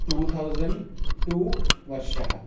two thousand two वर्षः